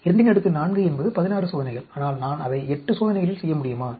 24 என்பது 16 சோதனைகள் ஆனால் நான் அதை 8 சோதனைகளில் செய்ய முடியுமா